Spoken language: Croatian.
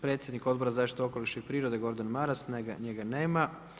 Predsjednik Odbora za zaštitu okoliša prirode, Gordan Maras, njega nema.